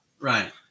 Right